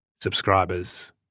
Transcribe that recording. subscribers